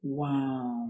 wow